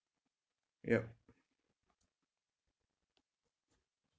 yup